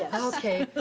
yeah okay, but